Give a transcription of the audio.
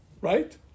Right